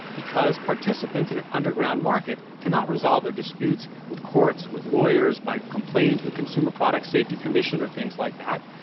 because participants in an underground market cannot resolve their disputes with courts, with lawyers, by complaining to the consumer product safety commission or things like that.